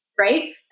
right